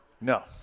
No